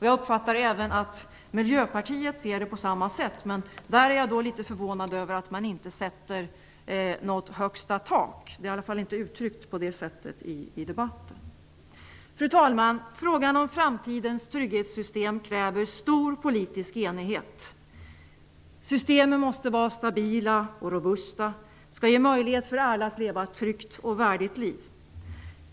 Jag uppfattade även att Miljöpartiet ser det på samma sätt. Jag är dock litet förvånad över att man inte anger något tak. Det har i alla fall inte kommit till uttryck i debatten. Fru talman! Frågan om framtidens trygghetssystem kräver stor politisk enighet. Trygghetssystemen måste vara stabila och robusta. De skall ge alla möjlighet att leva ett tryggt och värdigt liv.